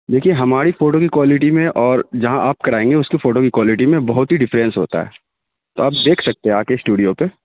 دیکھیے ہماری فوٹو کی کوالٹی میں اور جہاں آپ کرائیں گے اس کی فوٹو کی کوالٹی میں بہت ہی ڈفرینس ہوتا ہے تو آپ دیکھ سکتے ہیں آ کے اسٹوڈیو پہ